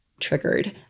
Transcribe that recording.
triggered